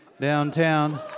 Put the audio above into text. downtown